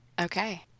Okay